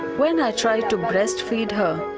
when i tried to breastfeed her,